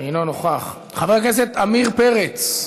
אינו נוכח, חבר הכנסת עמיר פרץ,